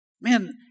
Man